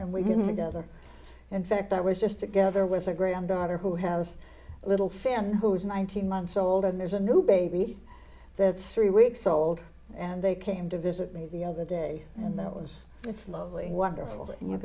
meet other in fact that was just together with a granddaughter who has a little fan who is nineteen months old and there's a new baby that's three weeks old and they came to visit me the other day and that was this lovely wonderful you're